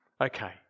Okay